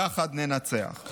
יחד ננצח.